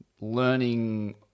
learning